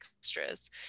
extras